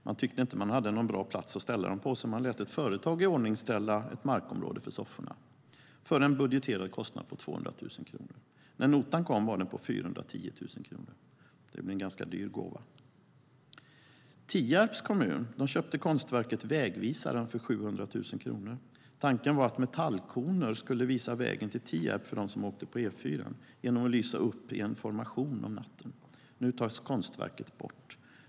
De tyckte inte att de hade någon bra plats att ställa dem på, så de lät ett företag iordningställa ett markområde för sofforna för en budgeterad kostnad av 200 000 kronor. När notan kom var den på 410 000 kronor. Det blev en dyr gåva. Tierps kommun köpte konstverket Vägvisaren för 700 000 kronor. Tanken var att metallkoner skulle visa vägen till Tierp för dem som åkte på E4:an genom att lysa upp i en formation på natten. Nu tas konstverket bort.